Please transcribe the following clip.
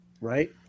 Right